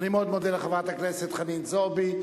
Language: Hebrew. אני מאוד מודה לחברת הכנסת חנין זועבי.